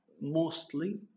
Mostly